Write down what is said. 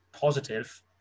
positive